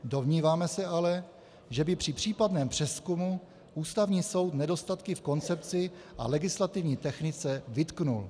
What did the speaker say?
Domníváme se ale, že by při případném přezkumu Ústavní soud nedostatky v koncepci a legislativní technice vytknul.